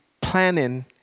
planning